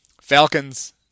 Falcons